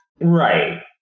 Right